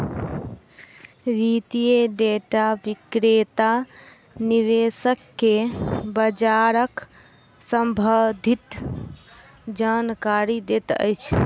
वित्तीय डेटा विक्रेता निवेशक के बजारक सम्भंधित जानकारी दैत अछि